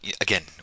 again